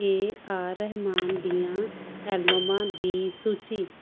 ਏ R Rahman ਦੀਆਂ ਐਲਬਮਾਂ ਦੀ ਸੂਚੀ